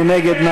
מי נגד?